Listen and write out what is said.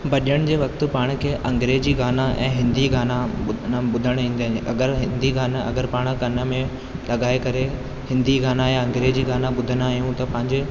भॼण जे वक़्ति पाण खे अंग्रेजी गाना ऐं हिंदी गाना ॿु अन ॿुधणु ईंदा आहिनि अगरि हिंदी गाना अगरि पाण कनि में लॻाए करे हिंदी गाना अंग्रेजी गाना ॿुधंदा आहियूं त पंहिंजे